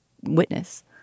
witness